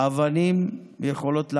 אבנים יכולות להרוג.